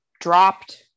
dropped